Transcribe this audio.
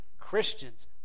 Christians